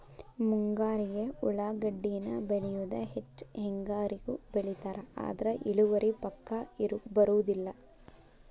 ಮುಂಗಾರಿಗೆ ಉಳಾಗಡ್ಡಿನ ಬೆಳಿಯುದ ಹೆಚ್ಚ ಹೆಂಗಾರಿಗೂ ಬೆಳಿತಾರ ಆದ್ರ ಇಳುವರಿ ಪಕ್ಕಾ ಬರುದಿಲ್ಲ